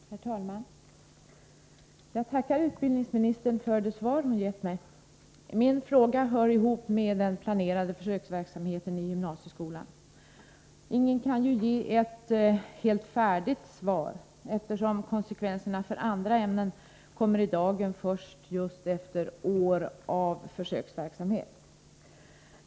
Herr talman! Jag tackar utbildningsministern för det svar hon gett mig. Min fråga hör ihop med den planerade försöksverksamheten i gymnasieskolan. Ingen kan ju ge ett helt färdigt svar, eftersom konsekvenserna för andra ämnen kommer i dagen först efter år av försöksverksamhet.